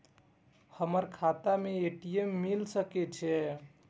हमर खाता में ए.टी.एम मिल सके छै?